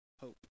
hope